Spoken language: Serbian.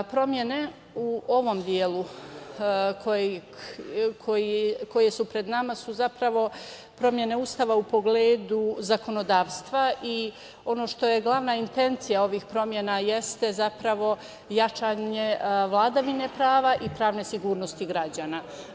Promene u ovom delu koje su pred nama su zapravo promene Ustava u pogledu zakonodavstva i ono što je glavna intencija ovih promena jeste zapravo jačanje vladavine prava i pravne sigurnosti građana.